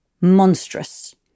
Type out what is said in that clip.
monstrous